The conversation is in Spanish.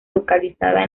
localizada